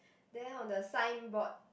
then on the signboard